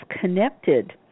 connected